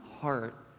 heart